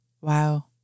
Wow